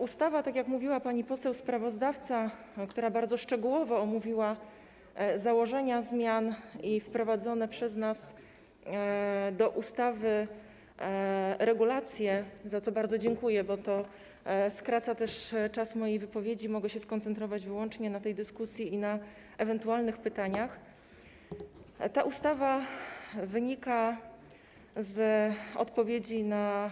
Ustawa - tak jak mówiła pani poseł sprawozdawca, która bardzo szczegółowo omówiła założenia zmian i regulacje wprowadzone przez nas do ustawy, za co bardzo dziękuję, bo to skraca czas mojej wypowiedzi, mogę się skoncentrować wyłącznie na tej dyskusji i na ewentualnych pytaniach - wynika z odpowiedzi na